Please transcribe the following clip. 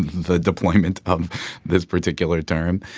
the deployment of this particular term.